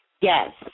Yes